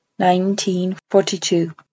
1942